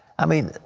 i mean,